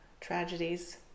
Tragedies